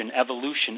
evolution